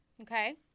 okay